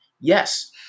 Yes